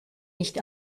nicht